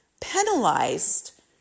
penalized